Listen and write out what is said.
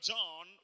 John